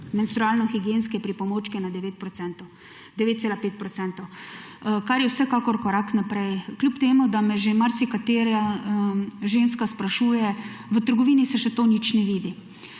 menstrualno higienske pripomočke na 9 procentov, 9,5 procentov, kar je vsekakor korak naprej. Kljub temu, da me že marsikatera ženska sprašuje – v trgovini se še to nič ne vidi.